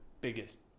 biggest